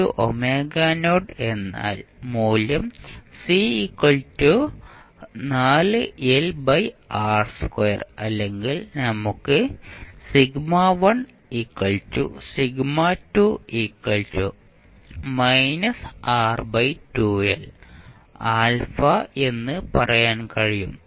ɑ എന്നാൽ മൂല്യം അല്ലെങ്കിൽ നമുക്ക് ɑ എന്ന് പറയാൻ കഴിയും